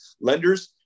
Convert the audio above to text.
lenders